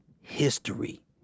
history